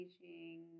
teaching